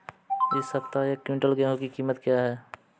इस सप्ताह एक क्विंटल गेहूँ की कीमत क्या है?